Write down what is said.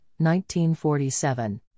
1947